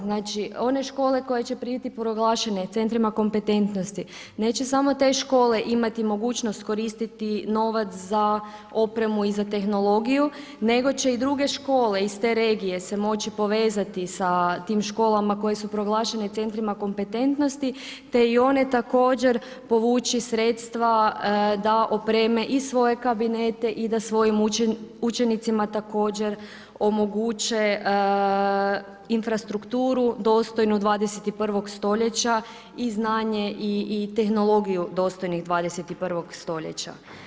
Znači one škole koje će biti proglašene centrima kompetentnosti neće samo te škole imati mogućnost koristiti novac za opremu i za tehnologiju nego će i druge škole iz te regije se moći povezati sa tim školama koje su proglašene centrima kompetentnosti te i one također povući sredstva da opreme i svoje kabinete i da svojim učenicima također omoguće infrastrukturu dostojnu 21. stoljeća i znanje i tehnologiju dostojnih 21. stoljeća.